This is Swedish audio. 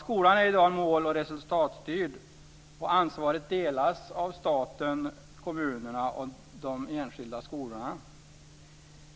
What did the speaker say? Skolan är i dag mål och resultatstyrd, och ansvaret delas av staten, kommunerna och de enskilda skolorna.